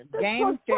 game